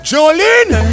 Jolene